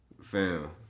Fam